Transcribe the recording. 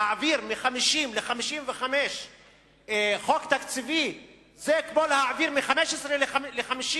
להעביר מ-50 ל-55 כדי להעביר חוק תקציבי זה כמו להעביר מ-15 ל-50.